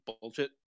bullshit